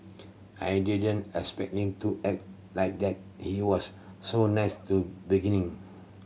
I didn't expect him to act like that he was so nice to beginning